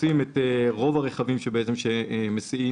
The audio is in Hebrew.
רוב הרכבים שמסיעים